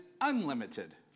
unlimited